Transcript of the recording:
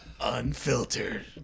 Unfiltered